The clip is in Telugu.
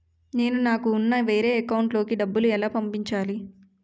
నేను నాకు ఉన్న వేరే అకౌంట్ లో కి డబ్బులు ఎలా పంపించాలి?